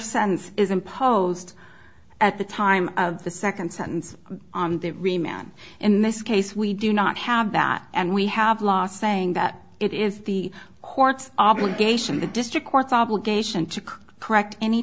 sense is imposed at the time of the second sentence on the remount in this case we do not have that and we have lost saying that it is the court's obligation the district court's obligation to correct any